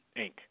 Inc